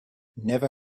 never